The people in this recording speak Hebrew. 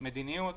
מדיניות.